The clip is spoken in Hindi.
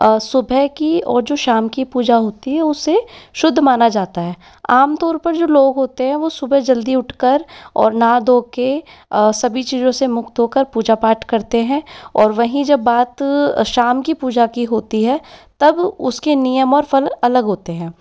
सुबह की और जो शाम की पूजा होती है उसे शुद्ध माना जाता है आमतौर पर जो लोग होते हैं वो सुबह जल्दी उठकर और नहा धो कर सभी चीज़ों से मुक्त हो कर पूजा पाठ करते हैं और वहीं जब बात शाम की पूजा की होती है तब उसके नियम और फल अलग होते हैं